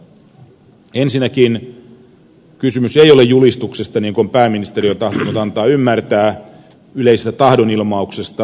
ensinnäkin kysymys ei ole julistuksesta niin kuin pääministeri on tahtonut antaa ymmärtää yleisestä tahdonilmauksesta